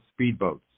speedboats